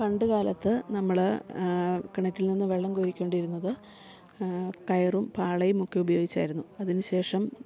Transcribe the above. പണ്ട് കാലത്ത് നമ്മള് കിണറ്റിൽ നിന്ന് വെള്ളം കോരിക്കൊണ്ടിരുന്നത് കയറും പാളയും ഒക്കെ ഉപയോഗിച്ചായിരുന്നു അതിന് ശേഷം